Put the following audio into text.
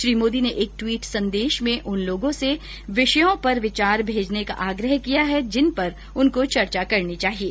श्री मोदी ने एक ट्वीट संदेश में लोगों से उन विषयों पर विचार भेजने का आग्रह किया है जिन पर उनको चर्चा करनी चाहिये